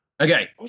Okay